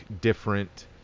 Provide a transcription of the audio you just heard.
different